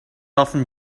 often